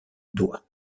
doigts